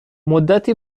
مدت